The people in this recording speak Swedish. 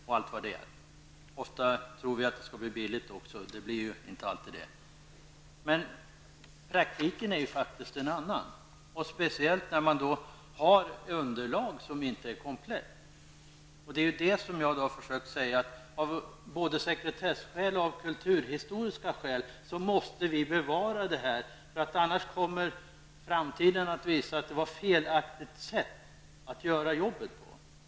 Ofta tror vi att det skall bli billigt också. Men det blir ju alltid det. Men praktiken är ju faktiskt en annan, och speciellt när man har underlag som inte är komplett. Jag har försökt säga att vi både av sekretesskäl och av kulturhistoriska skäl måste bevara detta, annars kommer framtiden att visa att detta var ett felaktigt sätt att göra jobbet på.